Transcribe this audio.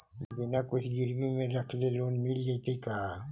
बिना कुछ गिरवी मे रखले लोन मिल जैतै का?